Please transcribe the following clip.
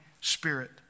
spirit